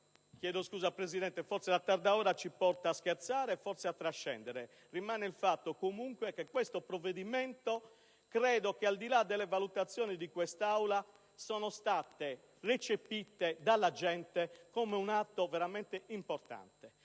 Chiedo scusa al Presidente, forse la tarda ora ci porta a scherzare e, forse, a trascendere. Rimane il fatto, comunque, che questo provvedimento, al di là delle valutazioni dell'Aula, è stato recepito dalla gente come un atto veramente importante.